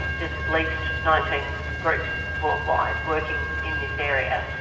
there's at least nineteen groups worldwide working in this area.